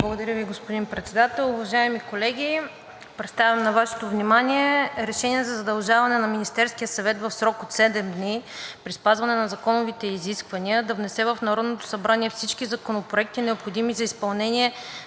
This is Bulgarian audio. Благодаря Ви, господин Председател. Уважаеми колеги, представям на Вашето внимание „Проект! РЕШЕНИЕ за задължаване на Министерския съвет в срок от седем дни при спазване на законовите изисквания да внесе в Народното събрание всички законопроекти, необходими за изпълнение